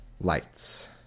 lights